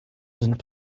sind